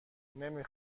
نمی